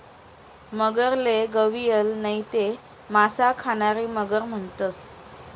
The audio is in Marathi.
मगरले गविअल नैते मासा खानारी मगर म्हणतंस